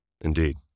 Indeed